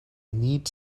need